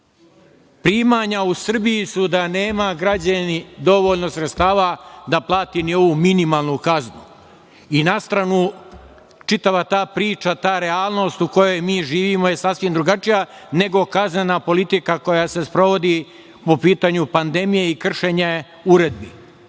Primanja u Srbiji su da nemaju građani dovoljno sredstava da plate ni ovu minimalnu kaznu. I na stranu čitava ta priča, ta realnost u kojoj mi živimo je sasvim drugačija, nego kaznena politika koja se sprovodi po pitanju pandemije i kršenja uredbi. Ali,